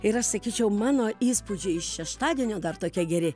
ir aš sakyčiau mano įspūdžiai iš šeštadienio dar tokie geri